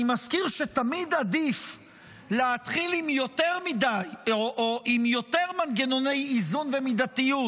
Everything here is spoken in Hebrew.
אני מזכיר שתמיד עדיף להתחיל עם יותר מנגנוני איזון ומידתיות,